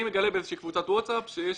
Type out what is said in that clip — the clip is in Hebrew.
אני מגלה באיזושהי קבוצת וואטסאפ שיש